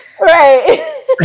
Right